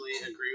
agree